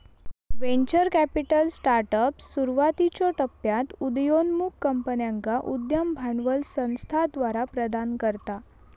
venture capital startups, सुरुवातीच्यो टप्प्यात उदयोन्मुख कंपन्यांका उद्यम भांडवल संस्थाद्वारा प्रदान करता